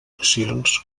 accions